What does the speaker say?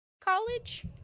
college